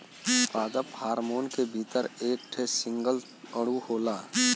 पादप हार्मोन के भीतर एक ठे सिंगल अणु होला